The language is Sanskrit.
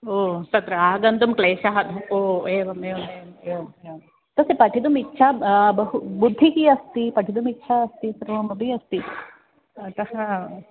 ओ तत्र आगन्तुं क्लेशः ओ एवम् एवम् एवम् एवम् एवं तस्य पठितुम् इच्छा बहु बुद्धिकी अस्ति पठितुम् इच्छा अस्ति सर्वमपि अस्ति अतः